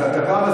בעיה.